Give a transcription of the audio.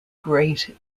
great